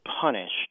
punished